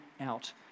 out